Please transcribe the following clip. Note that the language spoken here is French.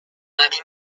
marie